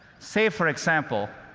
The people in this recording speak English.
say, for example,